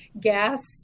gas